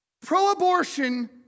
pro-abortion